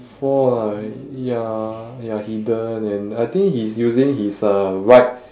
!wah! ya ya hidden and I think he is using his uh right